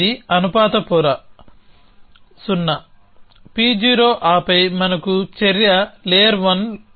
ఇది అనుపాత పొర0 P0ఆపై మనకు చర్య లేయర్1 ఉంటుంది